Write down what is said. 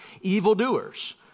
evildoers